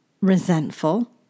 resentful